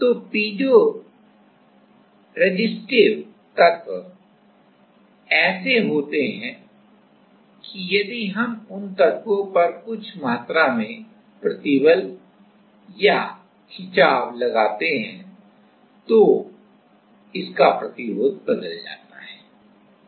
तो पीज़ोरेसिस्टिव तत्व ऐसे होते हैं कि यदि हम उन तत्वों पर कुछ मात्रा में प्रतिबल या खिंचाव लगाते हैं तो इसका प्रतिरोध बदल जाता है